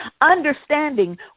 Understanding